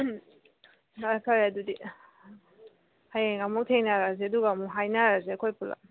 ꯐꯔꯦ ꯐꯔꯦ ꯑꯗꯨꯗꯤ ꯍꯌꯦꯡ ꯑꯃꯨꯛ ꯊꯦꯡꯅꯔꯁꯦ ꯑꯗꯨꯒ ꯑꯃꯨꯛ ꯍꯥꯏꯅꯔꯁꯦ ꯑꯩꯈꯣꯏ ꯄꯨꯂꯞ